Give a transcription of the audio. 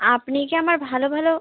আপনি কি আমার ভালো ভালো